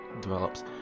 develops